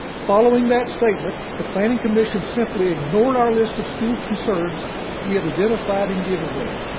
following that statement, the planning commission simply ignored our list of school concerns we had identified and given them.